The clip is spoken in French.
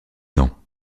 ans